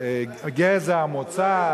גזע ומוצא,